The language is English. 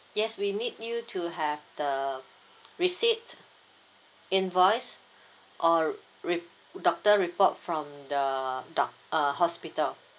yes we need you to have the receipt invoice or rep~ doctor report from the doc~ uh hospital